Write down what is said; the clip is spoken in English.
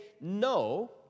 no